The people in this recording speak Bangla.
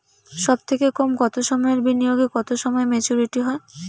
সবথেকে কম কতো সময়ের বিনিয়োগে কতো সময়ে মেচুরিটি হয়?